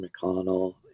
McConnell